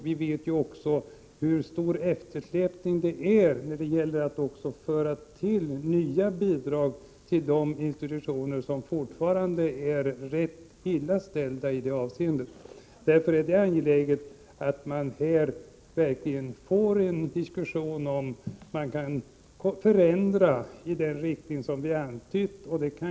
Vi vet också hur stor eftersläpningen är när det gäller att tillföra nya bidrag till de institutioner som i detta avseende fortfarande ligger rätt illa till. Därför är det angeläget att vi här verkligen får en diskussion om huruvida det är möjligt att förändra i den riktning som centerpartiet har antytt.